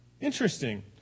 interesting